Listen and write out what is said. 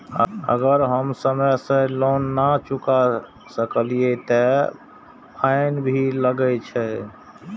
अगर हम समय से लोन ना चुकाए सकलिए ते फैन भी लगे छै?